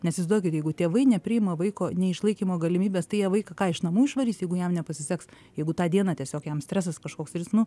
nes įsizduokit jeigu tėvai nepriima vaiko neišlaikymo galimybės tai jie vaiką ką iš namų išvarys jeigu jam nepasiseks jeigu tą dieną tiesiog jam stresas kažkoks ir jis nu